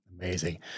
Amazing